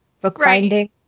Bookbinding